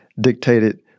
dictated